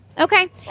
okay